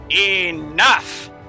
ENOUGH